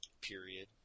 Period